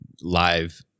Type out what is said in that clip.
live